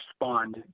respond